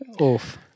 Oof